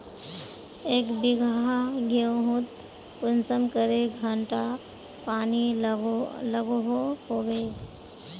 एक बिगहा गेँहूत कुंसम करे घंटा पानी लागोहो होबे?